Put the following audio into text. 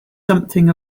something